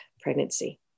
pregnancy